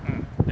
mm